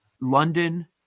London